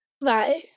Bye